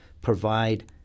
provide